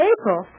April